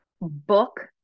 Book